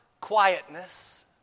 Quietness